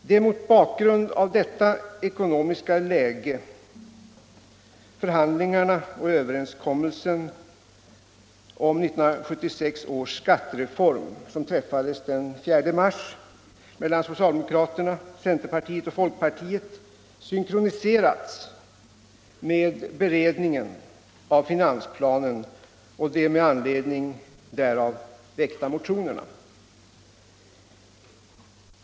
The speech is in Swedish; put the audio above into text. Det är mot bakgrund av detta ekonomiska läge som förhandlingarna och överenskommelsen om 1976 års skattereform, som träffades den 4 mars mellan socialdemokraterna, centerpartiet och folkpartiet, synkroniserats med beredningen av finansplanen och med anledning därav väckta motioner.